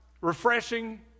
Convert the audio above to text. refreshing